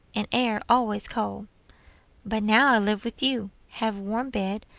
and air always cold but now i live with you, have warm bed,